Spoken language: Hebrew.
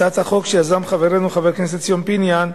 הצעת החוק שיזם חברנו חבר הכנסת ציון פיניאן,